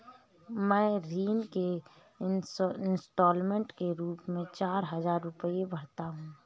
मैं ऋण के इन्स्टालमेंट के रूप में चार हजार रुपए भरता हूँ